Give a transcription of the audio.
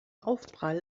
aufprall